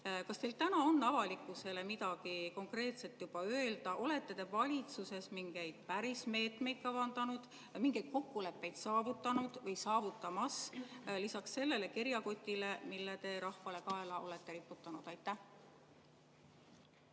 Kas teil täna on avalikkusele midagi konkreetset öelda? Olete te valitsuses mingeid päris meetmeid kavandanud, mingeid kokkuleppeid saavutanud või saavutamas lisaks sellele kerjakotile, mille te rahvale kaela olete riputanud? Aitäh!